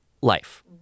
life